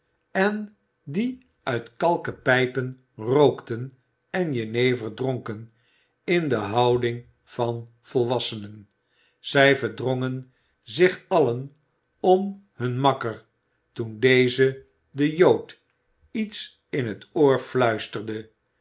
en die uit kalken pijpen rookten en jenever dronken in de houding van volwassenen zij verdrongen zich allen om hun makker toen deze den jood iets in het oor fluisterde